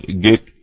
get